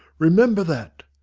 remember that!